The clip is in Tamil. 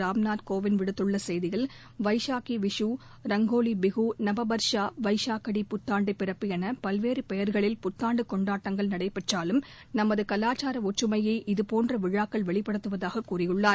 ராம்நாத் கோவிந்த் விடுத்துள்ள செய்தியில் வைசாகி விஷூ ரங்கோலிபிஹூ நபபர்ஷா வைஷா கடி புத்தாண்டு பிறப்பு என பல்வேறு பெயர்களில் புத்தாண்டு கொண்டாட்டங்கள் நடைபெற்றாலும் நமது கலாச்சார ஒற்றுமையை இதுபோன்ற விழாக்கள் வெளிப்படுத்துவதாக கூறியுள்ளார்